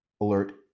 alert